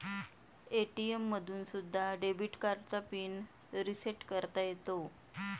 ATM मधून सुद्धा debit कार्डचा पिन रिसेट करता येतो